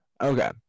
Okay